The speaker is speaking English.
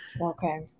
Okay